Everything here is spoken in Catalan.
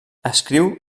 escriu